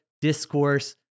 discourse